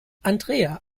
andrea